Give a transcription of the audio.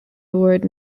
award